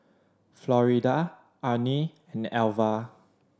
Florida Arnie and Alvah